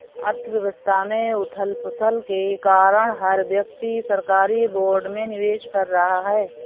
अर्थव्यवस्था में उथल पुथल के कारण हर व्यक्ति सरकारी बोर्ड में निवेश कर रहा है